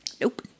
Nope